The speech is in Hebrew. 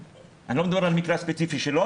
אני לא מדבר על מקרה הספציפי שלו.